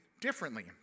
differently